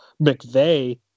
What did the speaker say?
McVeigh